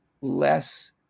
less